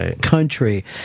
country